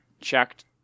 checked